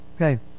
Okay